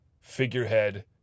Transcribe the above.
figurehead